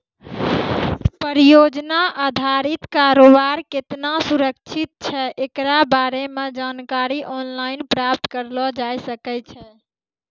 परियोजना अधारित कारोबार केतना सुरक्षित छै एकरा बारे मे जानकारी आनलाइन प्राप्त करलो जाय सकै छै